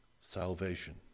salvation